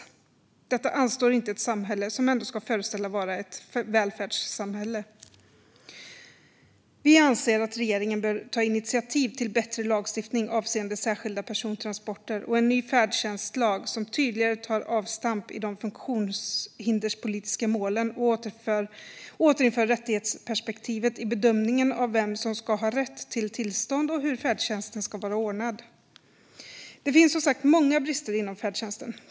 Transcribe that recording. Detta anstår inte ett samhälle som ändå ska föreställa ett välfärdssamhälle. Vi anser att regeringen bör ta initiativ till bättre lagstiftning avseende särskilda persontransporter och en ny färdtjänstlag som tydligare tar avstamp i de funktionshinderspolitiska målen och återinför rättighetsperspektivet i bedömningen av vem som ska ha rätt till tillstånd och av hur färdtjänsten ska vara ordnad. Det finns som sagt många brister inom färdtjänsten.